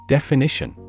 Definition